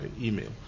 email